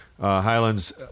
Highlands